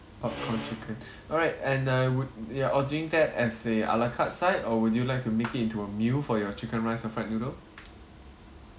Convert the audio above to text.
popcorn chicken all right and uh would you're ordering that as a à la carte side or would you like to make it into a meal for your chicken rice or fried noodle